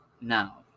Now